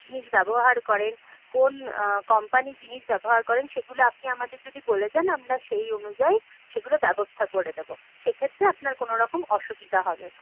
জিনিস ব্যবহার করেন কোন কম্পানির জিনিস ব্যবহার করেন সেগুলো আপনি আমাদের যদি বলে দেন আমরা সেই অনুযায়ী সেগুলো ব্যবস্থা করে দেবো সেক্ষেত্রে আপনার কোনোরকম অসুবিধা হবে না